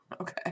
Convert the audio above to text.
Okay